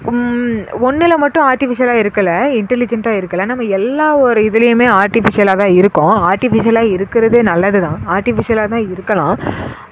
ஒன்னில் மட்டும் ஆர்ட்டிஃபிஷியலாக இருக்கலை இண்டலிஜண்ட்டாக இருக்கலை நம்ம எல்லோவோட இதிலையுமே ஆர்ட்டிஃபிஷியலாக தான் இருக்கோம் ஆர்ட்டிஃபிஷியலாக இருக்கிறது நல்லது தான் ஆர்ட்டிஃபிஷியலாக தான் இருக்கலாம்